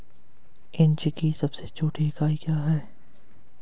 Inch की सबसे छोटी इकाई क्या है?